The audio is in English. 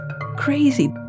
crazy